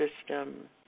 system